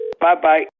Bye-bye